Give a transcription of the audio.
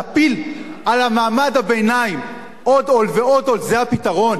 להפיל על מעמד הביניים עוד עול ועוד עול,